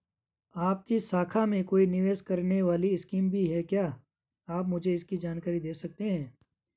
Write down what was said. आपकी शाखा में कोई निवेश करने वाली स्कीम भी है क्या आप मुझे इसकी जानकारी दें सकते हैं?